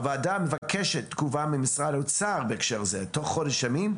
הוועדה מבקשת תגובה ממשרד האוצר בהקשר זה תוך חודש ימים,